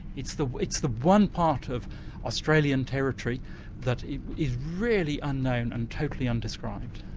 it's the it's the one part of australian territory that is really unknown and totally undescribed.